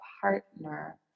partner